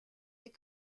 des